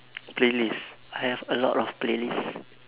playlist I have a lot of playlist